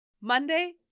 Monday